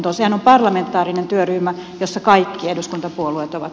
sehän on parlamentaarinen työryhmä jossa kaikki eduskuntapuolueet ovat